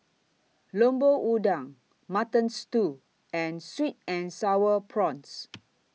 Lemper Udang Mutton Stew and Sweet and Sour Prawns